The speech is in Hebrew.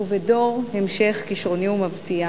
ובדור המשך כשרוני ומבטיח,